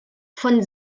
von